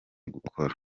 gukora